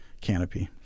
canopy